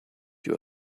you